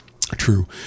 true